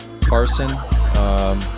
Parson